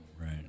right